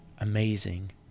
Amazing